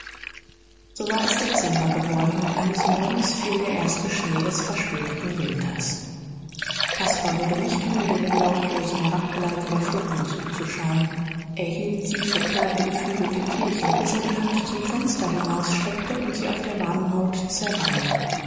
so war es dezember geworden und eines morgens fiel der erste schnee des verspäteten winters caspar wurde nicht müde dem lautlosen herabgleiten der flocken zuzuschauen er hielt sie für kleine beflügelte tierchen bis er die hand zum fenster hinausstreckte und sie auf der warmen haut zerrannen